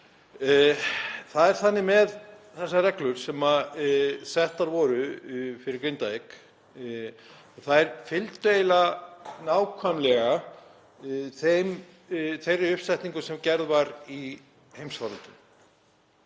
Það er þannig með þessar reglur sem settar voru fyrir Grindavík að þær fylgdu eiginlega nákvæmlega þeirri uppsetningu sem gerð var í heimsfaraldri.